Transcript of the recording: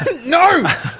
No